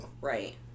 right